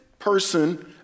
person